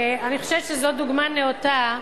אני חושבת שזו דוגמה נאותה,